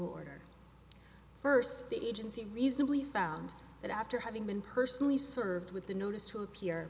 order first the agency reasonably found that after having been personally served with the notice to appear